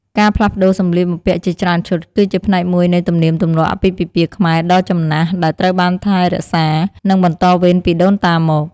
ការផ្លាស់ប្ដូរសម្លៀកបំពាក់ជាច្រើនឈុត គឺជាផ្នែកមួយនៃ ទំនៀមទម្លាប់អាពាហ៍ពិពាហ៍ខ្មែរដ៏ចំណាស់ ដែលត្រូវបានថែរក្សា និងបន្តវេនពីដូនតាមក។